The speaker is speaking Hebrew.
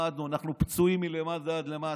למדנו, אנחנו פצועים מלמטה עד למטה.